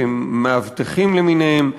שהם מאבטחים למיניהם,